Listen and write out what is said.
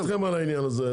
אני הולך אתכם על העניין הזה.